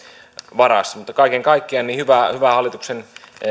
varassa mutta kaiken kaikkiaan hyvä hallituksen